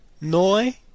Noi